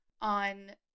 on